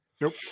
Nope